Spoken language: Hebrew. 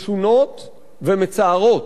משונות ומצערות,